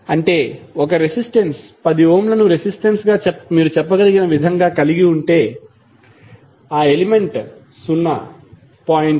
అంటే 1 రెసిస్టెన్స్ 10 ఓంలను రెసిస్టెన్స్ గా మీరు చెప్పగలిగిన విధంగా కలిగి ఉంటే ఆ ఎలిమెంట్ 0